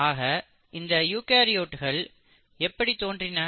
ஆக இந்த யூகரியோட்கள் எப்படி தோன்றின